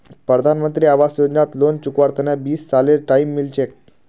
प्रधानमंत्री आवास योजनात लोन चुकव्वार तने बीस सालेर टाइम मिल छेक